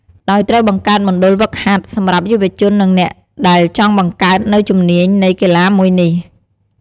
ដោយត្រូវបង្កើតមណ្ឌលហ្វឹកហាត់ សម្រាប់យុវជននិងអ្នកដែលចង់បង្កើតនៅជំនាញនៃកីឡាមួយនេះ។